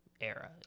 era